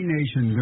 Nation